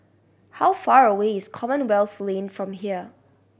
how far away is Commonwealth Lane from here